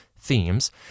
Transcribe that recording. themes